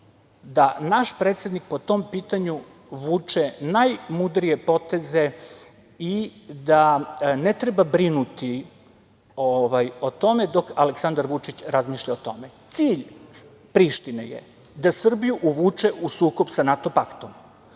da naš predsednik po tom pitanju vuče najmudrije poteze i da ne treba brinuti o tome dok Aleksandar Vučić razmišlja o tome. Cilj Prištine je da Srbiju uvuče u sukob sa NATO paktom,